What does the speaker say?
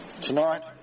Tonight